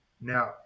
Now